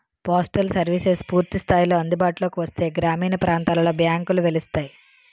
postal services పూర్తి స్థాయిలో అందుబాటులోకి వస్తే గ్రామీణ ప్రాంతాలలో బ్యాంకులు వెలుస్తాయి